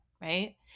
right